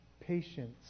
patience